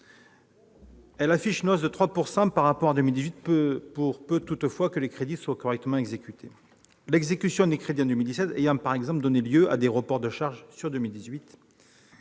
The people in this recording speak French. affichent une hausse de 3 % par rapport à 2018, pour peu, toutefois, qu'ils soient correctement exécutés, leur exécution en 2017 ayant, par exemple, donné lieu à des reports de charges sur 2018.